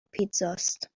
پیتزاست